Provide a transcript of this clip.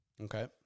Okay